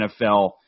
NFL